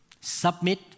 Submit